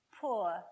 poor